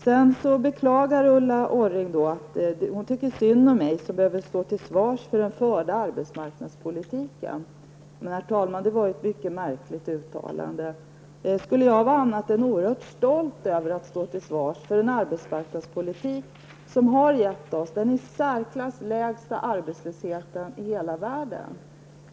Sedan tyckte Ulla Orring synd om mig som måste stå till svars för den förda arbetsmarknadspolitiken. Men, herr talman, det är ett mycket märkligt uttalande. Skulle jag vara annat än oerhört stolt över att stå till svars för en arbetsmarknadspolitik som har gett oss den i särklass lägsta arbetslösheten i hela världen?